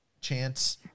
chance